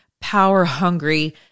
power-hungry